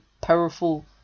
powerful